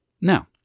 Now